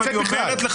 אבל היא אומרת לך